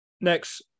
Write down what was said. Next